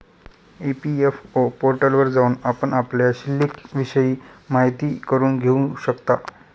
EPFO पोर्टलवर जाऊन आपण आपल्या शिल्लिकविषयी माहिती करून घेऊ शकता